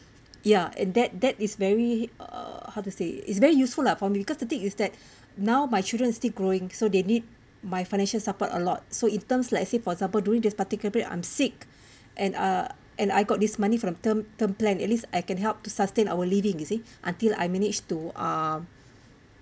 ya and that that is very uh how to say it's very useful lah for me because the thing is that now my children is still growing so they need my financial support a lot so in term like say for example during this particular period I'm sick and uh and I got this money from term term plan at least I can help to sustain our living you see until I managed to um